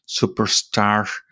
superstar